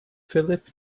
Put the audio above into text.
philip